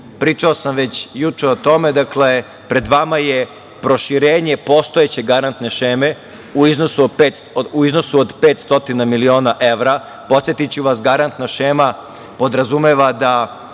Pričao sam već juče o tome, pred vama je proširenje postojeće garantne šeme u iznosu od 500 miliona evra. Podsetiću vas, garantna šema podrazumeva da